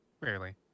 rarely